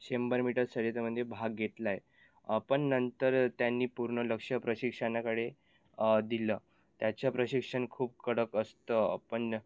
शंभर मीटर शर्यतीमध्ये भाग घेतला आहे पण नंतर त्यांनी पूर्ण लक्ष प्रशिक्षणाकडे दिलं त्याचं प्रशिक्षण खूप कडक असतं पण